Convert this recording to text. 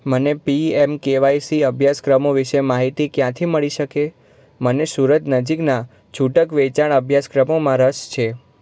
મને P M KYC અભ્યાસક્રમો વિશે માહિતી ક્યાંથી મળી શકે મને સુરત નજીકના છૂટક વેચાણ અભ્યાસક્રમોમાં રસ છે